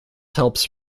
helps